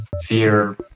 Fear